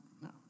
No